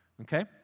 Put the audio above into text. okay